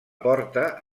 porta